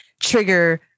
trigger